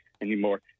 anymore